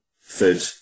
food